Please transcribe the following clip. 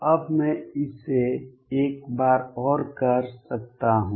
अब मैं इसे एक बार और कर सकता हूं